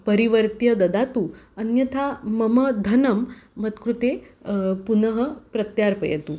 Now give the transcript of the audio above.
परिवर्त्य ददातु अन्यथा मम धनं मत्कृते पुनः प्रत्यर्पयतु